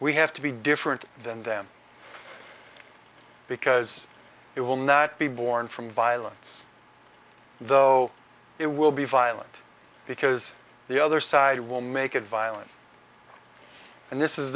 we have to be different than them because it will not be born from violence though it will be violent because the other side will make it violent and this is